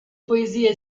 poesie